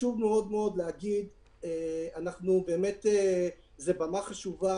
אנחנו פה בבמה חשובה